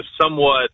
somewhat